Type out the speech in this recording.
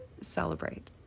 celebrate